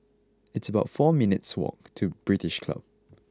it's about four minutes' walk to British Club